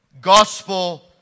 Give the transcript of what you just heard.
gospel